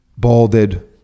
balded